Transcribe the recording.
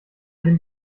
den